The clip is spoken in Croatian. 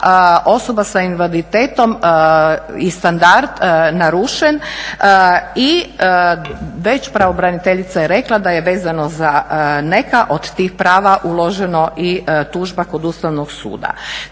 osoba sa invaliditetom i standard narušen. I već, pravobraniteljica je rekla da je vezano za neka od tih prava uložila i tužbe kod Ustavnog suda.